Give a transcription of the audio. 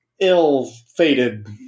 ill-fated